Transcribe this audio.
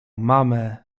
mamę